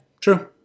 true